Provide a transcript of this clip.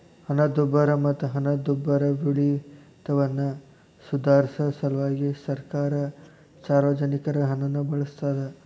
ಹಣದುಬ್ಬರ ಮತ್ತ ಹಣದುಬ್ಬರವಿಳಿತವನ್ನ ಸುಧಾರ್ಸ ಸಲ್ವಾಗಿ ಸರ್ಕಾರ ಸಾರ್ವಜನಿಕರ ಹಣನ ಬಳಸ್ತಾದ